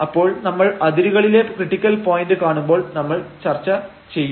അപ്പോൾ നമ്മൾ അതിരുകളിലെ ക്രിട്ടിക്കൽ പോയന്റ് കാണുമ്പോൾ നമ്മൾ ചർച്ച ചെയ്യും